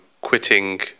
quitting